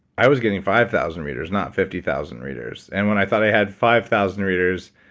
i was getting five thousand readers, not fifty thousand readers. and when i thought i had five thousand readers,